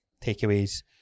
takeaways